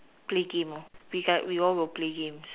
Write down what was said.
play game we all will play games